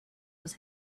was